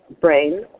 brain